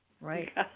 Right